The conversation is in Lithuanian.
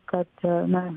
kad na